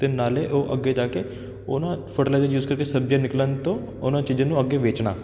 ਅਤੇ ਨਾਲੇ ਉਹ ਅੱਗੇ ਜਾ ਕੇ ਉਹ ਨਾ ਫਟਲਾਇਜ਼ਰ ਯੂਜ਼ ਕਰਕੇ ਸਬਜ਼ੀਆਂ ਨਿਕਲਣ ਤੋਂ ਉਹਨਾਂ ਚੀਜ਼ਾਂ ਨੂੰ ਅੱਗੇ ਵੇਚਣਾ